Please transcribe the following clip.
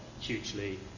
hugely